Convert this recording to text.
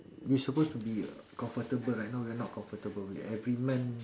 we supposed to be uh comfortable right now we not comfortable we every month